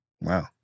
Wow